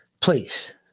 Please